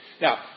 Now